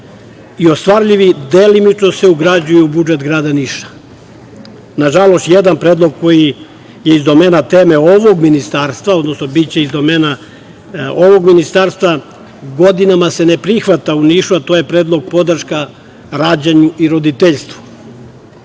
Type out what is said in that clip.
i ostvarljivi, delimično se ugrađuju u budžet grada Niša. Nažalost, jedan predlog koji je iz domena ovog ministarstva, odnosno biće iz domena ovog ministarstva godina se ne prihvata u Nišu, a to je predlog podrške rađanja i roditeljstva. Naime,